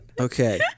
Okay